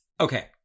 Okay